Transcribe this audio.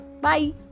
Bye